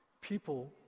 People